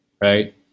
right